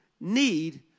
need